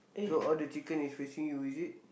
so all the chicken is facing you is it